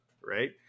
right